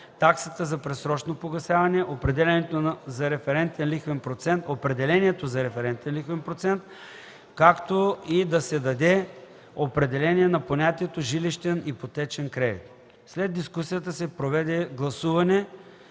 таксата за предсрочно погасяване, определението за референтен лихвен процент, както и да се даде определение на понятието „жилищен ипотечен кредит”. След дискусията се проведе гласуване,